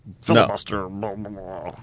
Filibuster